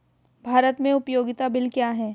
भारत में उपयोगिता बिल क्या हैं?